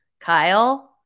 Kyle